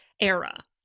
era